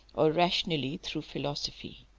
or rationally through philosophy.